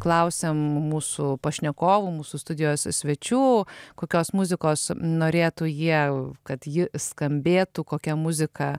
klausiam mūsų pašnekovų mūsų studijos svečių kokios muzikos norėtų jie kad ji skambėtų kokia muzika